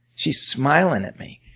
she's smiling at me.